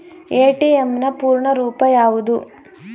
ATM ನ ಪೂರ್ಣ ರೂಪ ಯಾವುದು?